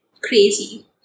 crazy